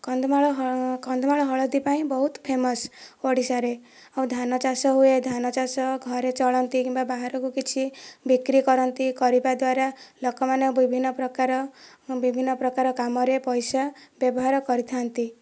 କନ୍ଧମାଳ ହ କନ୍ଧମାଳ ହଳଦୀ ପାଇଁ ବହୁତ ଫେମସ୍ ଓଡ଼ିଶାରେ ଆଉ ଧାନ ଚାଷ ହୁଏ ଧାନ ଚାଷ ଘରେ ଚଳନ୍ତି କିମ୍ବା ବାହାରକୁ କିଛି ବିକ୍ରି କରନ୍ତି କରିବାଦ୍ଵାରା ଲୋକମାନେ ବିଭିନ୍ନପ୍ରକାର ବିଭିନ୍ନପ୍ରକାର କାମରେ ପଇସା ବ୍ୟବହାର କରିଥାନ୍ତି